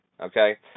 Okay